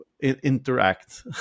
interact